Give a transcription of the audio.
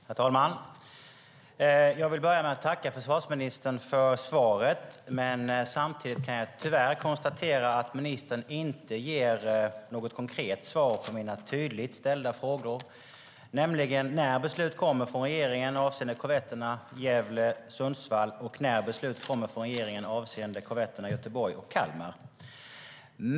Herr talman! Jag vill börja med att tacka försvarsministern för svaret. Samtidigt kan jag tyvärr konstatera att ministern inte ger något konkret svar på mina tydligt ställda frågor, nämligen när beslut kommer från regeringen avseende korvetterna Gävle och Sundsvall och när beslut kommer från regeringen avseende korvetterna Göteborg och Kalmar.